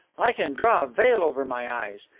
i can draw a veil over my eyes.